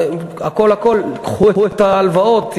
הכול: קחו את ההלוואות.